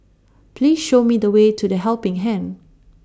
Please Show Me The Way to The Helping Hand